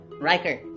Riker